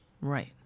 Right